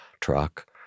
truck